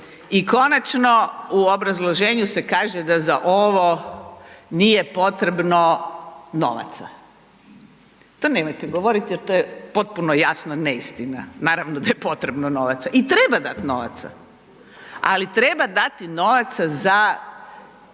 I konačno, u obrazloženju se kaže da za ovo nije potrebno novaca. To nemojte govoriti jer to je potpuno jasno neistina, naravno da je potrebno novaca i treba dati novaca, ali treba dati novaca za